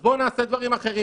אז בואו נעשה דברים אחרים.